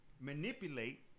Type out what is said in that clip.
manipulate